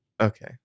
Okay